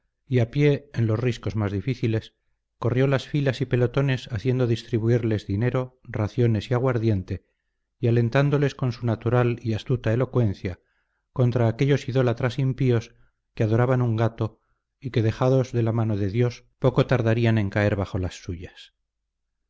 a pie en los riscos más difíciles corrió las filas y pelotones haciendo distribuirles dinero raciones y aguardiente y alentándoles con su natural y astuta elocuencia contra aquellos idólatras impíos que adoraban un gato y que dejados de la mano de dios poco tardarían en caer bajo las suyas